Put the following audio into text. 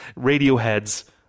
Radioheads